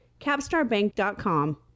CapstarBank.com